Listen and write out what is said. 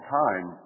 time